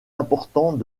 importants